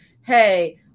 hey